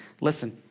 Listen